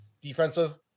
defensive